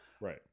right